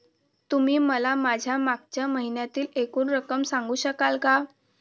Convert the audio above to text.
तुम्ही मला माझ्या मागच्या महिन्यातील एकूण रक्कम सांगू शकाल का?